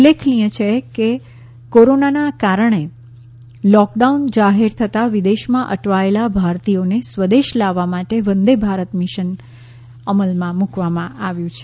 ઉલ્લેખનીય છે કે કોરોનાના કારણે લૉકડાઉન જાહેર થતા વિદેશમાં અટવાયેલા ભારતીયોને સ્વદેશ લાવવા માટે વંદેભારત મિશન અમલમાં મૂકવામાં આવ્યું છે